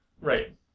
Right